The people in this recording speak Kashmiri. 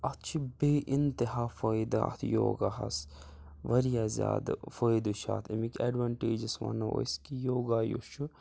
اَتھ چھِ بیٚیہِ اِنتِہا فٲیِدٕ اَتھ یوگاہَس واریاہ زیادٕ فٲیدٕ چھِ اَتھ اَمِکۍ ایڈوانٹیجس وَنو أسۍ کہِ یوگا یُس چھُ